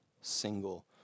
single